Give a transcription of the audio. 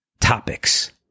topics